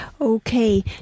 Okay